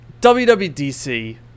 WWDC